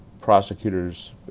prosecutors